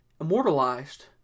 immortalized